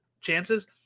chances